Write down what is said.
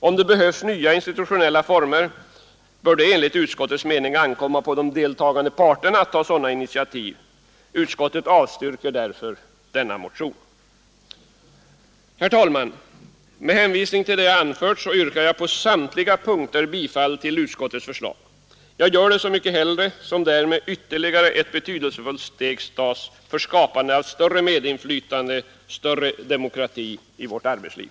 Om det behövs nya institutionella former bör det enligt utskottets mening ankomma på de deltagande parterna att ta initiativ i frågan. Utskottet avstyrker därför motionen. Herr talman! Med hänvisning till det anförda yrkar jag på samtliga punkter bifall till utskottets förslag. Jag gör detta så mycket hellre som därmed ytterligare ett betydelsefullt steg tas för skapande av större medinflytande och större demokrati i vårt arbetsliv.